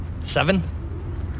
Seven